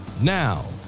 Now